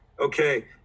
okay